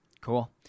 cool